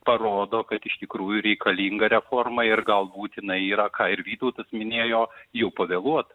parodo kad iš tikrųjų reikalinga reforma ir gal būtinai yra ką ir vytautas minėjo jau pavėluot